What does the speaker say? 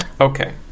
Okay